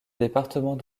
département